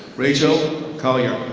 rachael collier.